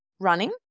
running